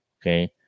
Okay